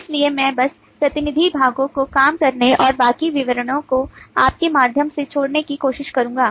इसलिए मैं बस प्रतिनिधि भागों को काम करने और बाकी विवरणों को आपके माध्यम से छोड़ने की कोशिश करूंगा